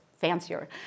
fancier